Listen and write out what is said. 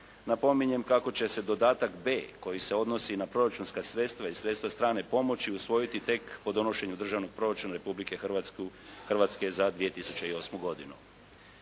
napominjem kako će se dodatak B koji se odnosi na proračunska sredstva i sredstva strane pomoći usvojiti tek po donošenju Državnog proračuna Republike Hrvatske za 2008. godinu.